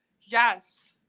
yes